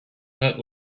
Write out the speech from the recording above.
let